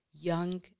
Young